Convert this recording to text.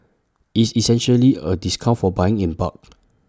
IT is essentially A discount for buying in bulk